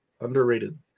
Underrated